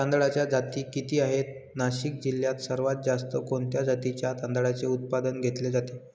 तांदळाच्या जाती किती आहेत, नाशिक जिल्ह्यात सर्वात जास्त कोणत्या जातीच्या तांदळाचे उत्पादन घेतले जाते?